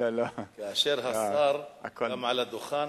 כאשר השר על הדוכן,